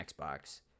Xbox